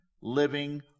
living